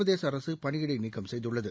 பிரதேச அரசு பணியிடை நீக்கம் செய்துள்ளது